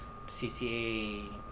C_C_A